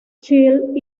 child